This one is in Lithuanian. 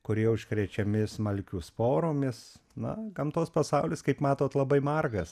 kurie užkrečiami smalkių sporomis na gamtos pasaulis kaip matot labai margas